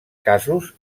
casos